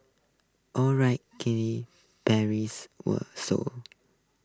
alright Katy Perry were sold